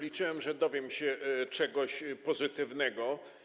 Liczyłem, że dowiem się czegoś pozytywnego.